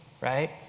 right